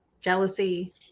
jealousy